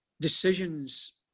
decisions